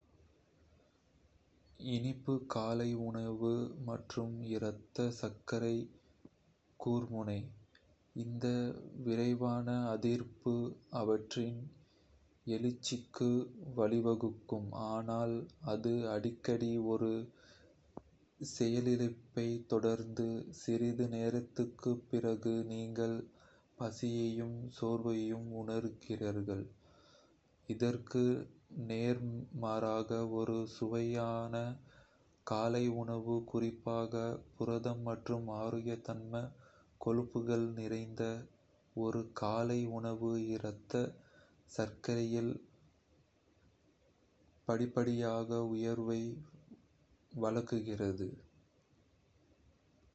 இனிப்பு காலை உணவு மற்றும் இரத்த சர்க்கரை கூர்முனை இந்த விரைவான அதிகரிப்பு ஆற்றலின் எழுச்சிக்கு வழிவகுக்கும், ஆனால் அது அடிக்கடி ஒரு செயலிழப்பைத் தொடர்ந்து, சிறிது நேரத்திற்குப் பிறகு நீங்கள் பசியையும் சோர்வையும் உணர்கிறீர்கள். இதற்கு நேர்மாறாக, ஒரு சுவையான காலை உணவு, குறிப்பாக புரதம் மற்றும் ஆரோக்கியமான கொழுப்புகள் நிறைந்த ஒரு காலை உணவு, இரத்த சர்க்கரையில் படிப்படியாக உயர்வை வழங்குகிறது.